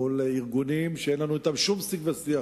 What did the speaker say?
מול ארגונים שאין לנו אתם שום שיג ושיח,